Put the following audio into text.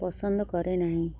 ପସନ୍ଦ କରେ ନାହିଁ